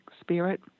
spirit